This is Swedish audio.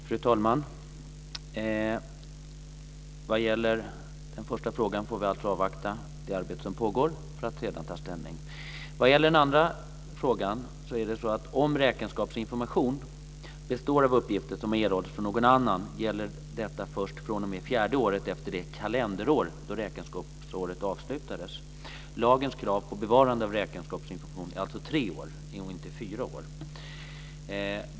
Fru talman! När det gäller den första frågan får vi alltså avvakta det arbete som pågår för att sedan ta ställning. När det gäller den andra frågan är det så att om räkenskapsinformation består av uppgifter som har erhållits från någon annan gäller detta först fr.o.m. fjärde året efter det kalenderår då räkenskapsårets avslutades. Lagens krav på bevarande av räkenskapsinformation är alltså tre år och inte fyra år.